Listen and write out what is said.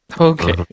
Okay